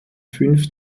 fünf